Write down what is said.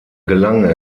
gelang